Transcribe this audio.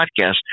podcast